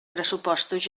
pressupostos